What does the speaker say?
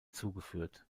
zugeführt